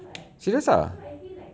serious ah